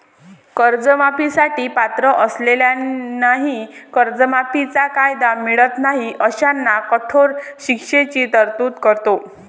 कर्जमाफी साठी पात्र असलेल्यांनाही कर्जमाफीचा कायदा मिळत नाही अशांना कठोर शिक्षेची तरतूद करतो